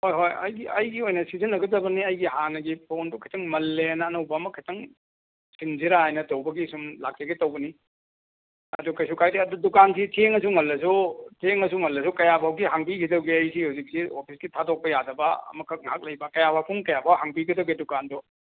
ꯍꯣꯏ ꯍꯣꯏ ꯑꯩꯒꯤ ꯑꯩꯒꯤ ꯑꯣꯏꯅ ꯁꯤꯖꯤꯟꯅꯒꯗꯕꯅꯦ ꯑꯩꯒꯤ ꯍꯥꯟꯅꯒꯤ ꯐꯣꯟꯗꯣ ꯈꯤꯇꯪ ꯃꯜꯂꯦꯅ ꯑꯅꯧꯕꯃ ꯈꯤꯇꯪ ꯁꯤꯟꯖꯤꯔꯥꯅ ꯇꯧꯕꯒꯤ ꯁꯨꯝ ꯂꯥꯛꯆꯒꯦ ꯇꯧꯕꯅꯤ ꯑꯗꯣ ꯀꯩꯁꯨ ꯀꯥꯏꯗꯦ ꯑꯗꯣ ꯗꯨꯀꯥꯟ ꯗꯤ ꯑꯗꯨꯝ ꯊꯦꯡꯉꯁꯨ ꯉꯜꯂꯁꯨ ꯊꯦꯡꯉꯁꯨ ꯉꯜꯂꯁꯨ ꯀꯌꯥꯚꯧꯗꯤ ꯍꯥꯡꯕꯤꯘꯤꯗꯧꯒꯦ ꯑꯩꯁꯦ ꯍꯧꯖꯤꯛꯁꯦ ꯑꯣꯐꯤꯁꯀꯤ ꯊꯥꯗꯣꯛꯄ ꯌꯥꯗꯕ ꯑꯃꯈꯛ ꯉꯍꯥꯛ ꯂꯩꯕ ꯀꯌꯥꯚꯧ ꯄꯨꯡ ꯀꯌꯥꯚꯧ ꯍꯥꯡꯕꯤꯒꯗꯒꯦ ꯗꯨꯀꯥꯟꯗꯣ